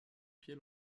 pied